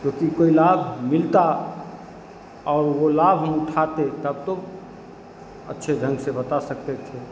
क्योंकि कोई लाभ मिलता और वह लाभ हम उठाते तब तो अच्छे ढंग से बता सकते थे